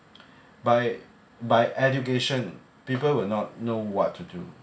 by by education people will not know what to do